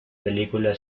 película